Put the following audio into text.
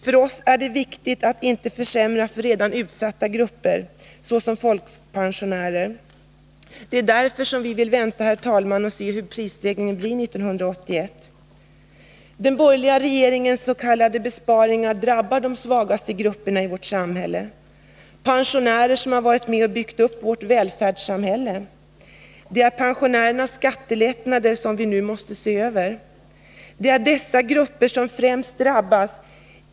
För oss är det viktigt att inte försämra för redan utsatta grupper, såsom folkpensionärer. Det är därför som vi vill vänta och se hur prisstegringen blir 1981. Den borgerliga regeringens s.k. besparingar drabbar de svagaste grupperna i vårt samhälle — pensionärerna som varit med om att bygga upp vårt välfärdssamhälle. Det är pensionärernas skattelättnader som vi nu måste se över. Det är dessa grupper som främst drabbas.